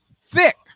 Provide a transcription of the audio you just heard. Thick